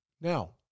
Now